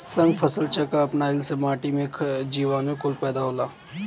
सघन फसल चक्र अपनईला से माटी में जीवांश कुल पैदा होला